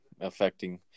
affecting